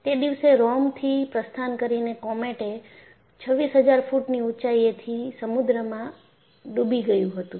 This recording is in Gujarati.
તે દિવસે રોમથી પ્રસ્થાન કરીને કોમેટ એ 26000 ફૂટની ઊંચાઈએ થી સમુદ્રમાં ડૂબી ગયું હતું